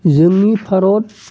जोंनि भारत